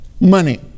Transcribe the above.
Money